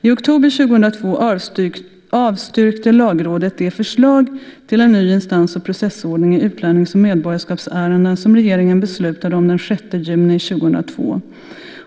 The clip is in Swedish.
I oktober 2002 avstyrkte Lagrådet det förslag till en ny instans och processordning i utlännings och medborgarskapsärenden som regeringen beslutade om den 6 juni 2002.